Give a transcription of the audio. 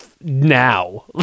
now